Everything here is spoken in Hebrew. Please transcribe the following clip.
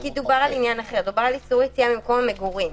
כי דובר על עניין אחר איסור יציאה ממקום המגורים.